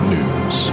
News